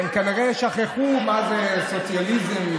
כנראה הם שכחו מה זה סוציאליזם,